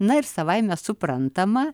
na ir savaime suprantama